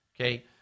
Okay